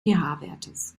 wertes